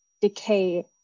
decay